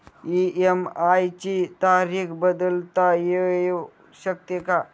EMI ची तारीख बदलता येऊ शकते का?